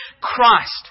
Christ